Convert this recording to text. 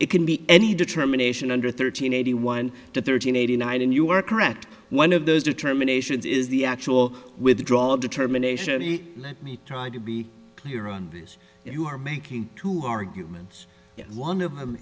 it can be any determination under thirteen eighty one to thirteen eighty nine and you are correct one of those determinations is the actual withdrawal of determination let me try to be clear on this you are making two arguments one of them